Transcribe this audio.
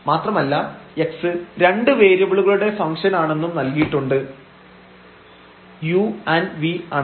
മാത്രമല്ല x രണ്ട് വേരിയബിളുകളുടെ ഫംഗ്ഷൻആണെന്നും നൽകിയിട്ടുണ്ട് u ആൻഡ് v ആണത്